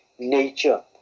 Nature